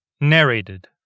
Narrated